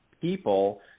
people